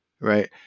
Right